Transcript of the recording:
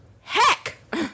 Heck